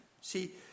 See